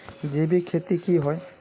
जैविक खेती की होय?